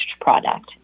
product